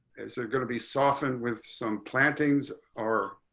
it's going to be softened with some plantings are